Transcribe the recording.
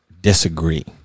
disagree